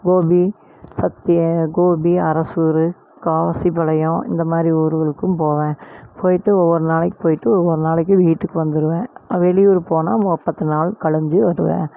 கோபி சத் கோபி அரசூரு காசிபாளையம் இந்தமாதிரி ஊருகளுக்கும் போவேன் போய்ட்டு ஒவ்வொரு நாளைக்கு போய்ட்டு ஒவ்வொரு நாளைக்கு வீட்டுக்கு வந்துடுவேன் வெளியூர் போனால் மோ பத்து நாள் கழிஞ்சி வருவேன்